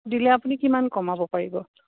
দিলে আপুনি কিমান কমাব পাৰিব